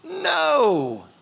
No